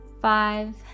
five